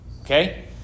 Okay